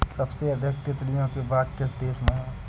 सबसे अधिक तितलियों के बाग किस देश में हैं?